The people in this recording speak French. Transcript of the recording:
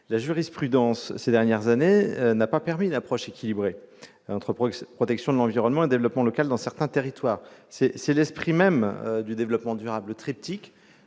la loi de 1986. Ces dernières années, elle n'a pas permis une approche équilibrée entre protection de l'environnement et développement local dans certains territoires. Je le rappelle, l'esprit même du développement durable, c'est de